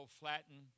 flatten